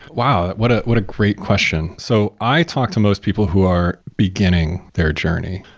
wow, what ah what a great question. so i talk to most people who are beginning their journey.